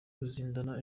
ruzindana